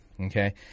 Okay